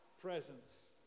presence